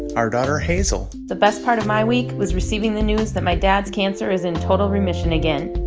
our daughter, hazel the best part of my week was receiving the news that my dad's cancer is in total remission again.